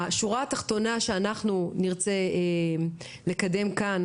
השורה התחתונה שאנחנו נרצה לקדם כאן,